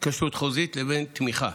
התקשרות חוזית ובין תמיכה.